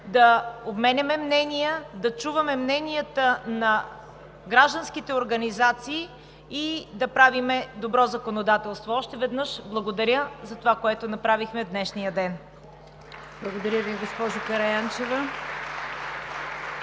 да обменяме мнения, да чуваме мненията на гражданските организации и да правим добро законодателство. Още веднъж благодаря за това, което направихме в днешния ден! (Ръкопляскания.)